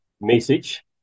message